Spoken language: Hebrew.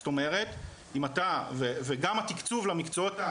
זאת אומרת אם אתה וגם התקצוב למקצועות,